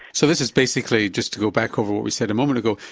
so this is basically, just to go back over what we said a moment ago,